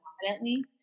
confidently